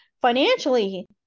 financially